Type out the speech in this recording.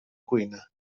cuina